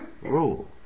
rule